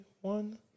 one